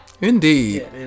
Indeed